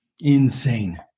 Insane